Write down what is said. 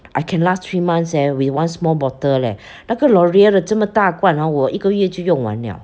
I can last three months eh with one small bottle leh 那个 L'oreal 的这么大罐 hor 我一个月就用完了